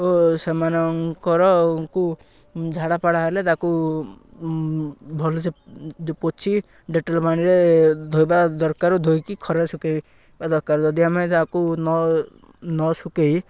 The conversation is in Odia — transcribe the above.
ଓ ସେମାନଙ୍କର ଙ୍କୁ ଝାଡ଼ା ଫାଡ଼ା ହେଲେ ତାକୁ ଭଲ ସେ ପୋଛି ଡେଟଲ୍ ପାଣିରେ ଧୋଇବା ଦରକାର ଧୋଇକି ଖରା ଶୁଖାଇବା ଦରକାର ଯଦି ଆମେ ତାକୁ ନ ନ ଶୁଖାଇ